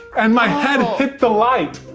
and my head hit the light.